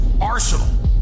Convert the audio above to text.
arsenal